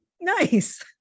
nice